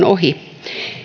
ohi